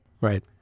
Right